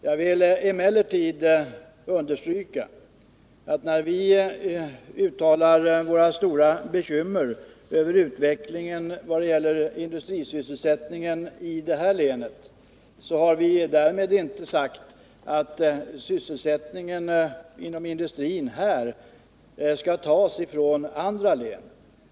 Jag vill emellertid understryka, att när vi uttalar vårt stora bekymmer över utvecklingen av industrisysselsättningen i det här länet, har vi därmed inte sagt att sysselsättningen inom industrin här skall klaras på bekostnad av de andra länen.